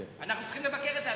אנחנו צריכים לבקר את זה.